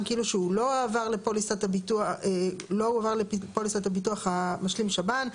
כאילו שהוא לא עבר לפוליסת הביטוח המשלים שב"ן.